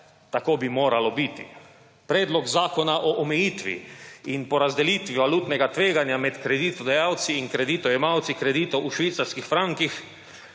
tako bi morali biti. Predlog zakona o omejitvi in porazdelitvi valutnega tveganja med kreditodajalci in kreditojemalci kreditov v švicarskih frankih